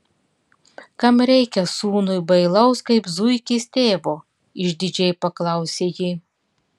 kam reikia sūnui bailaus kaip zuikis tėvo išdidžiai paklausė ji